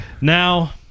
Now